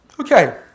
Okay